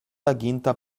aginta